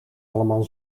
allemaal